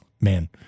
man